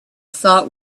thought